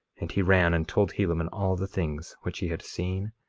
and he ran and told helaman all the things which he had seen,